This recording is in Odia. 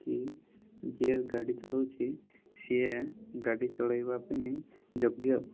କି ଯିଏ ଗାଡ଼ି ଚଳାଉଛି ସିଏ ଗାଡ଼ି ଚଳାଇବା ପାଇଁ ଯୋଗ୍ୟ